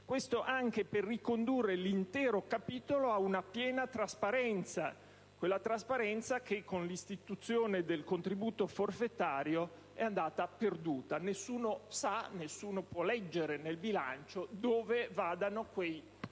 Questo anche per ricondurre l'intero capitolo alla piena trasparenza che, con l'istituzione del contributo forfetario, è andata perduta, poiché nessuno sa né può leggere nel bilancio dove vadano quei